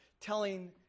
telling